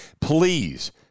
please